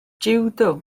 jiwdo